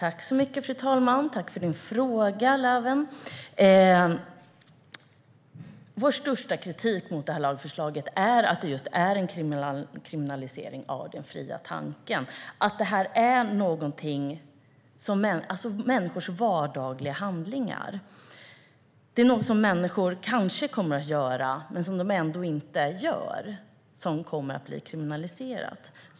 Fru talman! Jag tackar Lawen för frågan. Vår största kritik mot det här lagförslaget går ut på att det innebär en kriminalisering av den fria tanken. Detta gäller människors vardagliga handlingar. Någonting som människor kanske kommer att göra men som de ändå inte gör kommer att bli kriminaliserat.